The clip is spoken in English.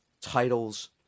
titles